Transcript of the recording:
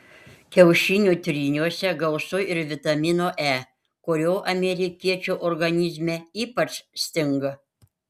kiaušinių tryniuose gausu ir vitamino e kurio amerikiečių organizme ypač stinga